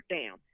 down